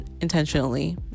intentionally